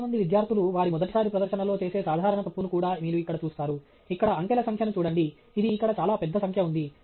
చాలామంది విద్యార్థులు వారి మొదటిసారి ప్రదర్శనలో చేసే సాధారణ తప్పును కూడా మీరు ఇక్కడ చూస్తారు ఇక్కడ అంకెల సంఖ్యను చూడండి ఇది ఇక్కడ చాలా పెద్ద సంఖ్య వుంది